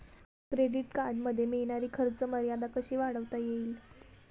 Credit कार्डमध्ये मिळणारी खर्च मर्यादा कशी वाढवता येईल?